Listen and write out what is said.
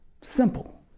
Simple